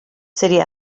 city